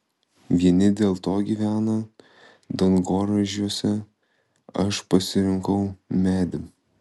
vieni dėl to gyvena dangoraižiuose aš pasirinkau medį